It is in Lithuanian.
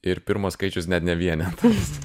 ir pirmas skaičius net ne vienetas